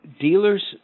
Dealers